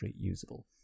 usable